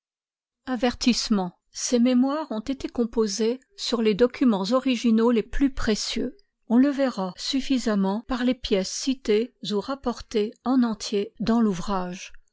avertissement ces mémoires ont été composés surlesdocnmens originaux les plus précieux on le verra suffisamment par les pièces citées ou rapportées en entier dans l'ouvrage